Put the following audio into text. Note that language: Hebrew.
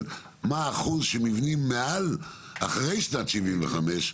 מה האחוז של מבנים שנבנו אחרי שנת 75'